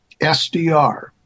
SDR